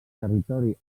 territori